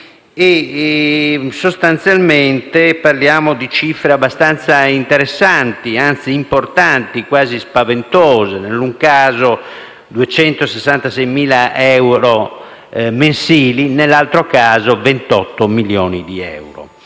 e sostanzialmente si parla di cifre abbastanza interessanti, anzi importanti, quasi spaventose: in un caso di 266.000 euro mensili, nell'altro caso 28 milioni di euro.